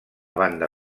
banda